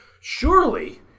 surely